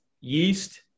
yeast